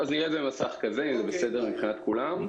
קדימה.